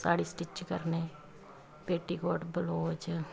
sari stitch ਕਰਨੀ petticoat Baloch